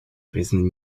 признаны